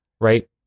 Right